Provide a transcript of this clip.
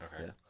Okay